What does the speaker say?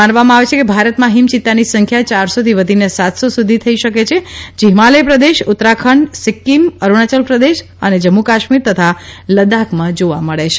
માનવામાં આવે છે કે ભારતમાં હિમ ચિત્તાની સંખ્યા યારસોથી વધીને સાતસો સુધી થઈ શકે છે જે હિમાલથ પ્રદેશ ઉત્તરાખંડ સિક્કિમ અરુણાયલ પ્રદેશ જમ્મુ કાશ્મીર અને લદ્દાખમાં જોવા મળે છે